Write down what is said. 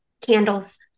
Candles